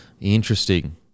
Interesting